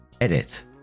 Edit